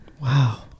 Wow